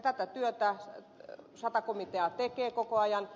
tätä työtä sata komitea tekee koko ajan